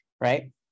right